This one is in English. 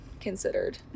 considered